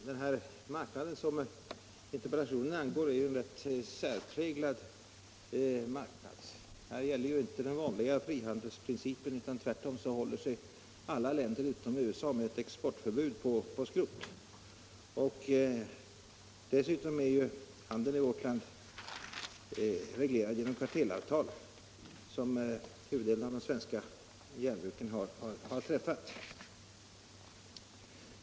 Herr talman! Den marknad som interpellationen angår är en rätt särpräglad marknad. Här gäller ju inte den vanliga frihandelsprincipen, utan tvärtom håller sig alla länder utom USA med exportförbud på skrot. Dessutom är handeln med skrot i vårt land reglerad genom kartellavtal, som huvuddelen av de svenska järnbruken har träffat.